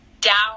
Down